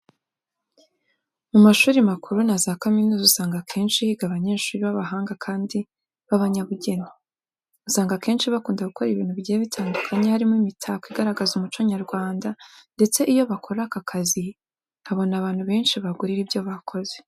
Mu mashuri makuru na za kaminuza usanga akenshi higa abanyeshuri b'abahanga kandi b'abanyabugeni. Usanga akenshi bakunda gukora ibintu bigiye bitandukanye harimo imitako igaragaza umuco nyarwanda ndetse iyo bakora aka kazi babona abantu benshi babagurira ibyo bakoze.